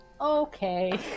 okay